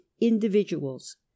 individuals